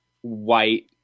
white